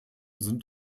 sind